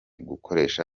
gukoresha